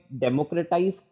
democratize